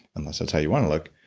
unless that's how you want to look,